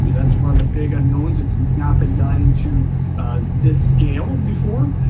that's one of the big unknowns. it's it's not been done to this scale before.